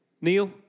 Neil